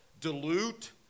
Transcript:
dilute